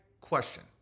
question